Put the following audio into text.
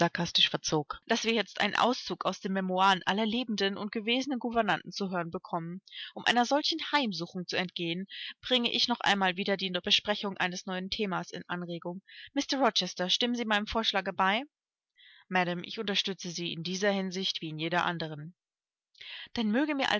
sarkastisch verzog daß wir jetzt einen auszug aus den memoiren aller lebenden und gewesenen gouvernanten zu hören bekommen um einer solchen heimsuchung zu entgehen bringe ich noch einmal wieder die besprechung eines neuen themas in anregung mr rochester stimmen sie meinem vorschlage bei madam ich unterstütze sie in dieser hinsicht wie in jeder anderen dann möge mir